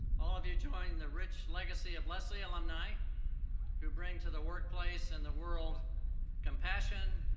all of you join the rich legacy of lesley alumni who bring to the workplace and the world compassion,